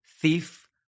thief